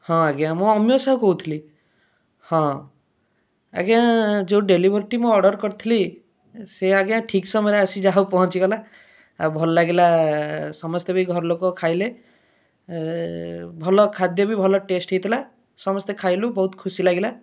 ହଁ ଆଜ୍ଞା ମୁଁ ଅମୀୟ ସାହୁ କହୁଥିଲି ହଁ ଆଜ୍ଞା ଯେଉଁ ଡେଲିଭରୀଟି ମୁଁ ଅର୍ଡ଼ର କରିଥିଲି ସେ ଆଜ୍ଞା ଠିକ ସମୟରେ ଆସି ଯାହା ହେଉ ପହଞ୍ଚିଗଲା ଆଉ ଭଲ ଲାଗିଲା ସମସ୍ତେ ଭି ଘର ଲୋକ ଖାଇଲେ ଭଲ ଖାଦ୍ୟ ବି ଭଲ ଟେଷ୍ଟ ହେଇଥିଲା ସମସ୍ତେ ଖାଇଲୁ ବହୁତ ଖୁସି ଲାଗିଲା